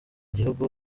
gihugu